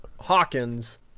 Hawkins